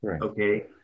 okay